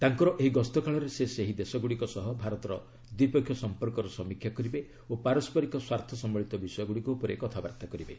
ତାଙ୍କର ଏହି ଗସ୍ତ କାଳରେ ସେ ସେହି ଦେଶଗୁଡ଼ିକ ସହ ଭାରତର ଦ୍ୱିପକ୍ଷୀୟ ସଂପର୍କର ସମୀକ୍ଷା କରିବେ ଓ ପାରସ୍କରିକ ସ୍ୱାର୍ଥ ସମ୍ଭଳିତ ବିଷୟଗୁଡ଼ିକ ଉପରେ କଥାବାର୍ତ୍ତା କରିବେ